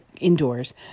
indoors